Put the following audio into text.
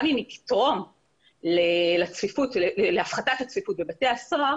גם אם היא תתרום להפחתת הצפיפות בבתי הסוהר